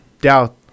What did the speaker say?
doubt